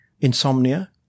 insomnia